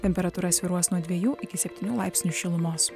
temperatūra svyruos nuo dviejų iki septynių laipsnių šilumos